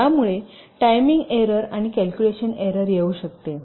यामुळे timing error आणि calculation error येऊ शकते